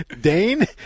Dane